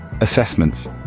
Assessments